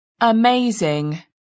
Amazing